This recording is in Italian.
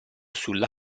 sulla